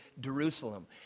Jerusalem